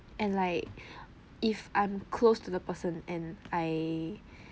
and like if I'm close to the person and I